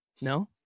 no